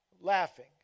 laughing